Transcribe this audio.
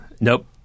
nope